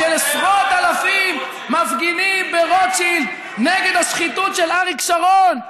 של עשרות אלפים מפגינים ברוטשילד נגד השחיתות של אריק שרון,